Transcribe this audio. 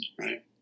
right